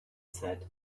said